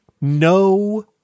no